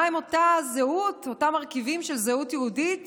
מהי אותה זהות, אותם מרכיבים של זהות יהודית